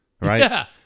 right